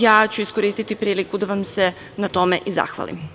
Ja ću iskoristiti priliku da vam se na tome i zahvalim.